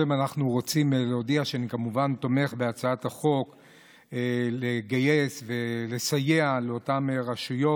אני רוצה להודיע שאני כמובן תומך בהצעת החוק לגייס ולסייע לאותן רשויות.